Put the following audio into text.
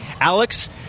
Alex